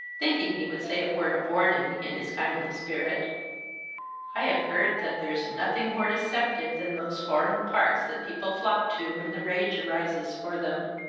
thinking he would say a word of warning, in his kindly spirit i have heard that there's nothing more deceptive than those foreign parts that people flock to when the rage arises for them.